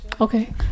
Okay